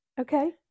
okay